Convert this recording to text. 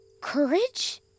Courage